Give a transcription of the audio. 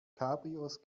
cabrios